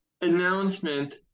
announcement